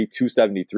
273